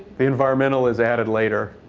the environmental is added later.